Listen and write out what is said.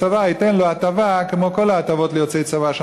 הצבא ייתן לו הטבה כמו כל ההטבות ליוצאי צבא,